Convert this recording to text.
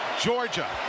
Georgia